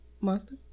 Monster